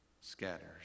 scatters